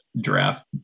draft